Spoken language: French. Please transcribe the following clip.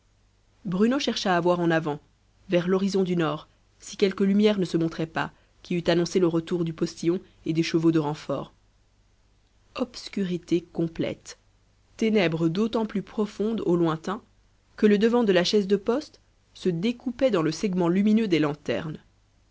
bruno chercha à voir en avant vers l'horizon du nord si quelque lumière ne se montrait pas qui eût annoncé le retour du postillon et des chevaux de renfort obscurité complète ténèbres d'autant plus profondes au lointain que le devant de la chaise de poste se découpait dans le segment lumineux des lanternes